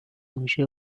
میشی